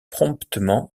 promptement